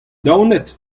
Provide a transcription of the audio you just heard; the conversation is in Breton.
daonet